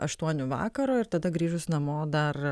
aštuonių vakaro ir tada grįžus namo dar